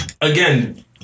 Again